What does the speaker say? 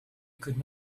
could